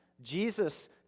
Jesus